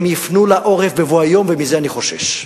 הם יפנו לה עורף בבוא היום, ומזה אני חושש.